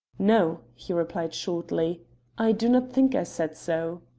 no, he replied shortly i do not think i said so.